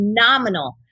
phenomenal